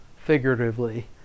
figuratively